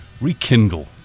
rekindle